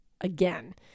again